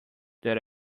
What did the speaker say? that